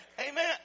Amen